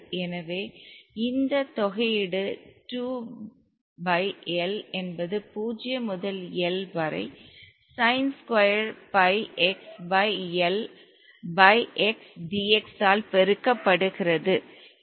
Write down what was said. எனவே இந்த தொகையீடு 2 பை L என்பது 0 முதல் L வரை sine square pi x pi L pi x dx ஆல் பெருக்கப்படுகிறது